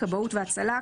כבאות והצלה,